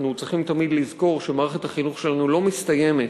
אנחנו צריכים תמיד לזכור שמערכת החינוך שלנו לא מסתיימת